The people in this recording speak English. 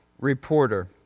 reporter